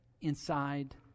inside